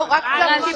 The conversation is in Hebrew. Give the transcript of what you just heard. זו הייתה הכוונה.